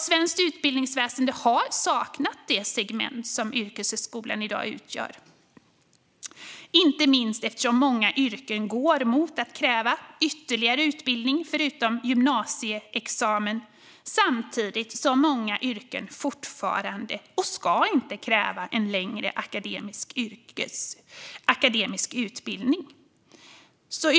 Svenskt utbildningsväsen har saknat det segment som yrkeshögskolan utgör, inte minst eftersom många yrken går mot att kräva ytterligare utbildning förutom gymnasieexamen, samtidigt som många yrken fortfarande inte kräver en längre akademisk utbildning och heller inte ska göra det.